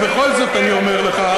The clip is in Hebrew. ובכל זאת אני אומר לך,